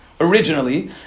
originally